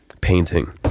painting